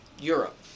Europe